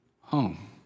home